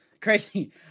Crazy